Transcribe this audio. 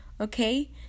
okay